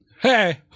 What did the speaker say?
Hey